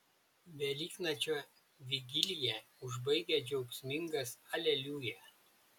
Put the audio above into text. velyknakčio vigiliją užbaigia džiaugsmingas aleliuja